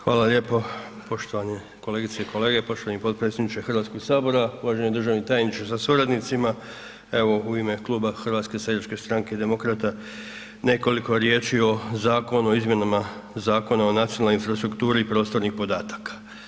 Hvala lijepo, poštovane kolegice i kolege, poštovani potpredsjedniče HS, uvaženi državni tajniče sa suradnicima, evo u ime Kluba HSS-a i Demokrata nekoliko riječi o Zakonu o izmjenama Zakona o nacionalnoj infrastrukturi prostornih podataka.